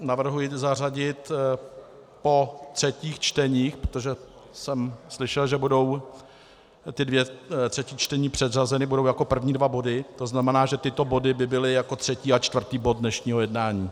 Navrhuji je zařadit po třetích čteních, protože jsem slyšel, že ta dvě třetí čtení budou předřazena, budou jako první dva body, to znamená, že tyto body by byly jako třetí a čtvrtý bod dnešního jednání.